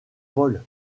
vol